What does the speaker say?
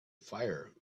fire